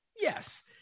Yes